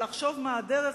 לחשוב מה הדרך,